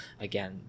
Again